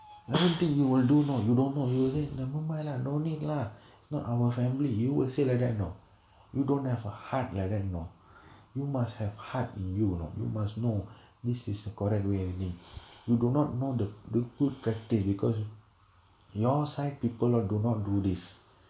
never and thing you will do not you don't know you will have never mind lah no need lah not our family you will say like that and know you don't have a heart let and know you must have heart in you know you must know this is the correct way everything you do not know the that good practice because your side people all do not do this